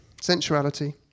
sensuality